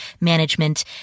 management